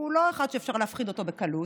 הוא לא אחד שאפשר להפחיד אותו בקלות.